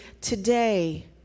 today